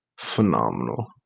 phenomenal